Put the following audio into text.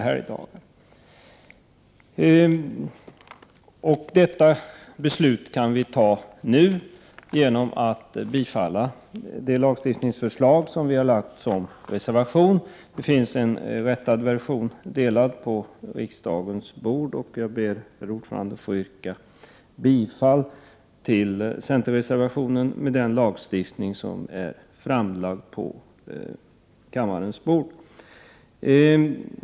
Detta kan vi nu fatta beslut om genom ett bifall till centerns reservation och lagstiftningsförslaget i denna. En rättad version av detta lagstiftningsförslag finns delad på riksdagens bord. Jag ber, herr talman, att få yrka bifall till reservation 2 med det förslag till lagstiftning som är framlagt på kammarens bord.